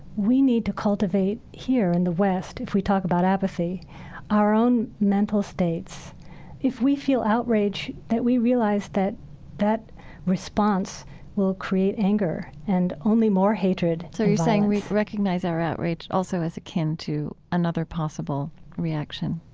we need to cultivate here in the west if we talk about apathy our own mental states if we feel outrage, that we realize that that response will create anger and only more hatred and violence so you're saying we recognize our outrage also as akin to another possible reaction